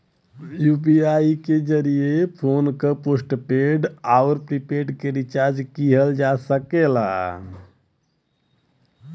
UPI के जरिये phone क पोस्टपेड आउर प्रीपेड के रिचार्ज किहल जा सकला